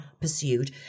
pursued